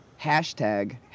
hashtag